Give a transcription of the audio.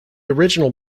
original